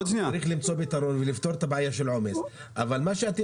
צריך למצוא פתרון ולפתור את בעיית העומס אבל מה שאתם